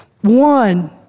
One